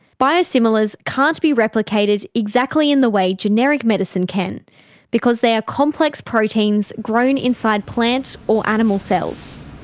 biosimilars can't be replicated exactly in the way generic medicine can because they are complex proteins grown inside plant or animal cells.